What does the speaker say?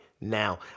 now